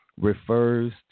refers